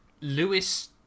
Lewis